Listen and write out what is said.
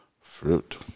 fruit